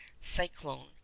cyclone